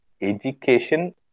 education